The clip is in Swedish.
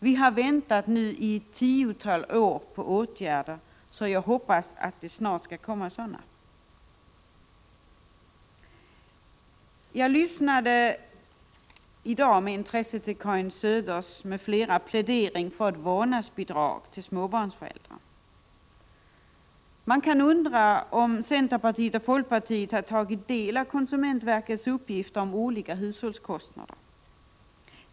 Vi har väntat nu i ett tiotal år på åtgärder, så jag hoppas att det snart skall komma sådana. Jag lyssnade i dag med intresse till Karin Söders m.fl. plädering för ett vårdnadsbidrag till småbarnsföräldrar. Man kan undra om centerpartiet och folkpartiet tagit del av konsumentverkets uppgifter om olika hushållskostnader.